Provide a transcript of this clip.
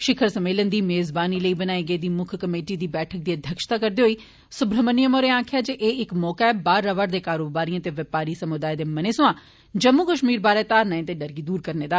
शिखर सम्मेलन दी मेज़बानी लेई बनाइ गेदी मुक्ख कमेटी दी बैठक दी अध्यक्षता करदे होई सुब्रह्मण्यम होरे आखेआ जे एह इक मौके ऐ बाहर रवा र दे कारोबारिएं ते व्योपारी समूदाय दे मने सोया जम्मू कश्मीर बारे धारणें ते डर गी दूर करने दा